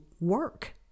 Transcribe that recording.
work